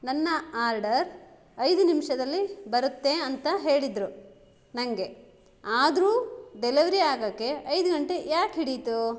ನನ್ನ ಆರ್ಡರ್ ಐದು ನಿಮಿಷದಲ್ಲಿ ಬರುತ್ತೆ ಅಂತ ಹೇಳಿದ್ದರು ನನಗೆ ಆದರೂ ಡೆಲಿವ್ರಿ ಆಗಕ್ಕೆ ಐದು ಗಂಟೆ ಯಾಕೆ ಹಿಡಿಯಿತು